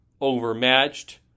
overmatched